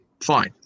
Fine